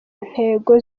ntego